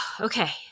Okay